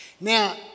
Now